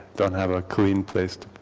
don't have a clean place.